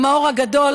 המאור הגדול,